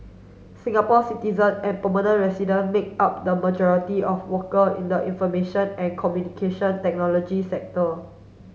Singapore citizen and permanent resident make up the majority of worker in the information and communication technology sector